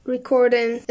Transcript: Recording